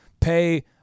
pay